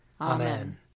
Amen